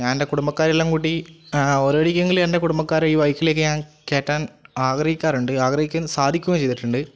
ഞാൻ എൻ്റെ കുടുംബക്കാരെല്ലാം കൂട്ടി അ ഒത്തൊരുമിച്ച് എങ്കിലും എൻ്റെ കുടുംബക്കാരെ ഈ ബൈക്കിൽ ഒക്കെ ഞാൻ കയറ്റാൻ ആഗ്രഹിക്കാറുണ്ട് ആ ആഗ്രഹം സാധിക്കുകയും ചെയ്തിട്ടുണ്ട്